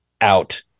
out